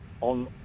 on